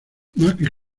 matt